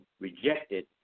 rejected